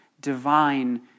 divine